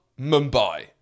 Mumbai